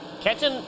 Catching